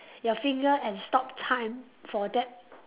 your finger and stop time for that